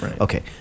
Okay